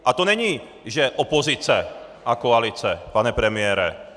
A to není, že opozice a koalice, pane premiére.